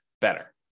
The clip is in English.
better